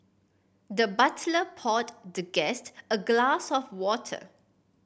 the butler poured the guest a glass of water